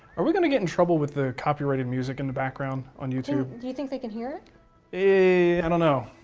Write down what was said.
we going to get in trouble with the copyrighted music in the background on youtube? do you think they can hear it? i don't know,